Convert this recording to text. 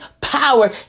power